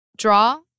Draw